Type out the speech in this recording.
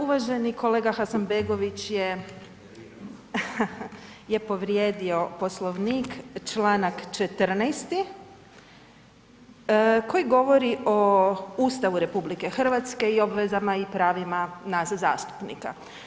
Uvaženi kolega Hasanbegović je povrijedio Poslovnik, čl. 14. koji govori o Ustavu RH i obvezama i pravima nas zastupnika.